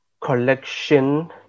collection